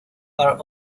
are